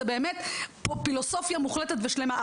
זה באמת פילוסופיה מוחלטת ושלמה.